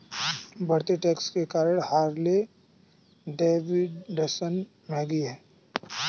बढ़ते टैक्स के कारण हार्ले डेविडसन महंगी हैं